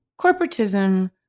corporatism